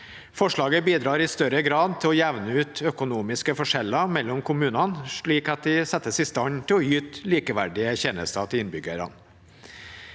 Forslaget bidrar i større grad til å jevne ut økonomiske forskjeller mellom kommunene, slik at de settes i stand til å yte likeverdige tjenester til innbyggerne.